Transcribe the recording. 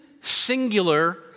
singular